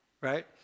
right